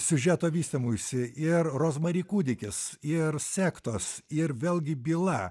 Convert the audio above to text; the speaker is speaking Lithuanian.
siužeto vystymuisi ir rozmari kūdikis ir sektos ir vėlgi byla